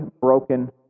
broken